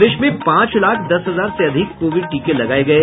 प्रदेश में पांच लाख दस हजार से अधिक कोविड टीके लगाये गये